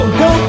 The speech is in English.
go